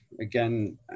again